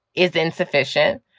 is insufficient.